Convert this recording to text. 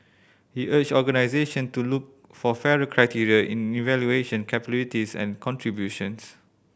he urged organisation to look for fairer criteria in evaluation capabilities and contributions